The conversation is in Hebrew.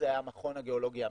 זה היה המכון הגיאולוגי האמריקאי.